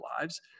lives